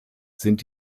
sind